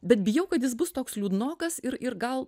bet bijau kad jis bus toks liūdnokas ir ir gal